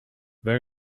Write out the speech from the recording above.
very